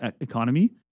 economy